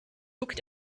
nicht